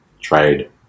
trade